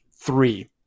three